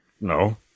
No